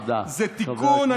תודה, חבר הכנסת.